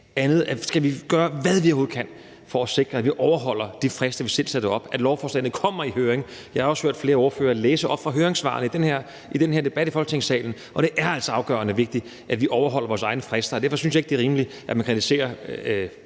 nødvendigt. Vi skal gøre alt, hvad vi overhovedet kan, for at sikre, at vi overholder de frister, vi selv sætter op, altså at lovforslagene kommer i høring. Jeg har også hørt flere ordførere læse op af høringssvarene i den her debat i Folketingssalen, og det er altså afgørende vigtigt, at vi overholder vores egne frister. Derfor synes jeg ikke, det er rimeligt, at man kritiserer,